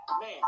man